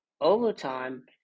overtime